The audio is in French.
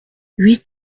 huit